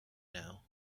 now